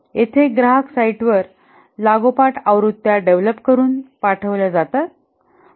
येथे ग्राहक साईटवर लागोपाठ आवृत्त्या डेव्हलप करून पाठवल्या जातायत